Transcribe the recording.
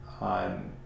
on